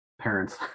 parents